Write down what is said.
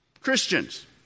Christians